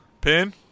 pin